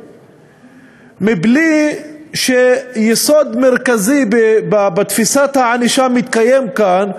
מבלי שיסוד מרכזי בתפיסת הענישה מתקיים כאן,